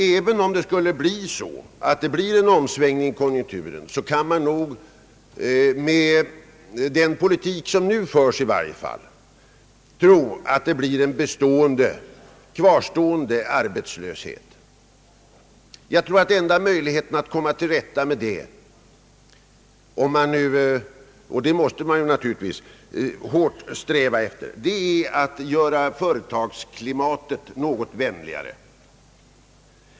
Även om det skulle bli en omsvängning i konjunkturen har man anledning tro, i varje fall med den politik som nu förs, att vi får en kvarstående arbetslöshet. Enda möjligheten att komma till rätta med detta problem — och det måste man naturligtvis hårt sträva efter att försöka göra är att göra företagsklimatet något vänligare.